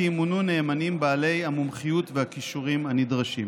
ימונו נאמנים בעלי המומחיות והכישורים הנדרשים.